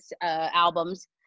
albums